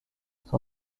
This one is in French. son